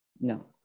No